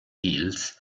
hills